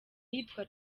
yitwa